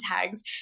tags